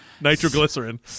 nitroglycerin